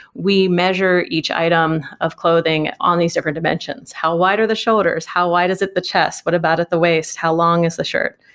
we measure each item of clothing on these different dimensions how wide are the shoulders, how wide is it the chest, what about at the waist, how long is the shirt?